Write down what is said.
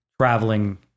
traveling